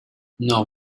now